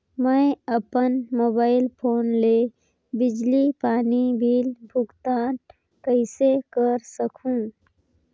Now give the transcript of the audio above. मैं अपन mobile phone ले बिजली पानी बिल भुगतान कइसे कर सकहुं?